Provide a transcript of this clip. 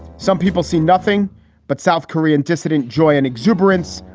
some people see nothing but south korean dissident joy and exuberance.